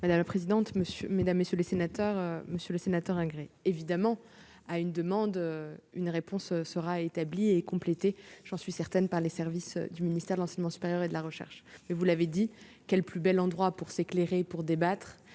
Madame la présidente, monsieur, mesdames, messieurs les sénateurs, Monsieur le Sénateur, évidemment, à une demande une réponse sera établie et complétés, j'en suis certaine par les services du ministère de l'enseignement supérieur et de la recherche, mais vous l'avez dit, quel plus bel endroit pour s'éclairer, pour débattre,